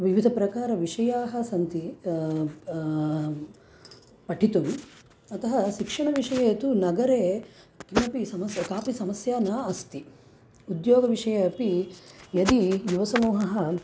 विविधप्रकारविषयाः सन्ति प् पठितुम् अतः शिक्षणविषये तु नगरे किमपि समस्या कापि समस्या न अस्ति उद्योगविषये अपि यदि युवसमूहः